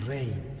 Rain